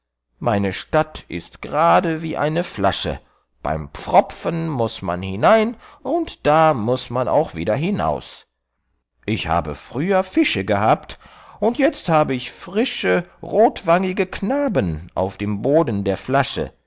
meine stadt ist gerade wie eine flasche beim pfropfen muß man hinein und da muß man auch wieder hinaus ich habe früher fische gehabt und jetzt habe ich frische rotwangige knaben auf dem boden der flasche